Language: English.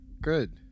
Good